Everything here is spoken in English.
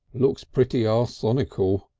looks pretty arsonical,